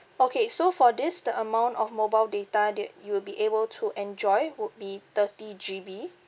okay so for this the amount of mobile data that you will be able to enjoy would be thirty G_B